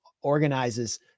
organizes